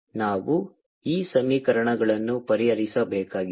2α2βγ0 ನಾವು ಈ ಸಮೀಕರಣಗಳನ್ನು ಪರಿಹರಿಸಬೇಕಾಗಿದೆ